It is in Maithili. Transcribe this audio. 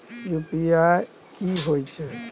यु.पी.आई की होय छै?